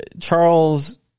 Charles